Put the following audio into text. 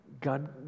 God